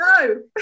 no